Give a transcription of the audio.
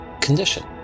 condition